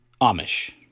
Amish